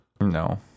No